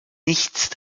nichts